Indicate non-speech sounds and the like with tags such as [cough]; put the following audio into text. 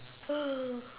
[noise]